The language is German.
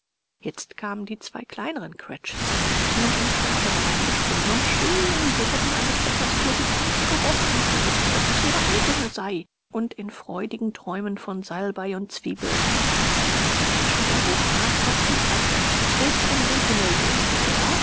jetzt kamen die zwei kleinern cratchits ein mädchen und ein knabe hereingesprungen und schrieen sie hätten an des bäckers thür die gans gerochen und gewußt daß es ihre eigene sei und in freudigen träumen von salbei und zwiebeln tanzten sie um den tisch und erhoben master peter cratchit bis in den himmel während er